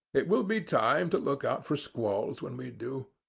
it will be time to look out for squalls when we do.